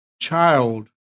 child